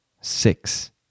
Six